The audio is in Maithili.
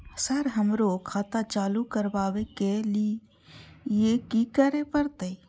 सर हमरो खाता चालू करबाबे के ली ये की करें परते?